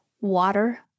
water